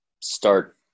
start